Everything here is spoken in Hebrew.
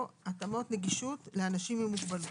"(התאמות נגישות לאנשים עם מוגבלות)".